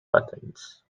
buttons